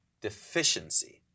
deficiency